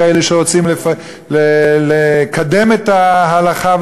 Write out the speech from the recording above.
כאלה שרוצים לקדם את ההלכה,